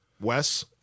Wes